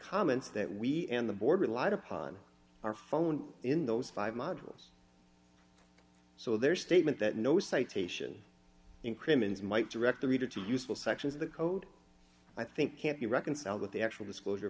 comments that we and the board relied upon are phone in those five models so their statement that no citation in crimmins might direct the reader to useful sections of the code i think can't be reconciled with the actual disclosure